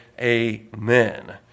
amen